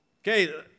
Okay